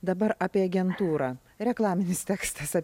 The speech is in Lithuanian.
dabar apie agentūrą reklaminis tekstas